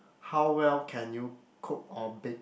how well can you cook or bake